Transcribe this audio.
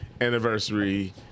anniversary